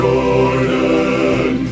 Jordan